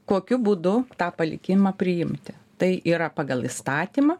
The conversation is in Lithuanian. kokiu būdu tą palikimą priimti tai yra pagal įstatymą